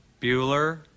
Bueller